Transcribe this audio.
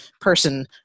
person